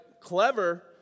clever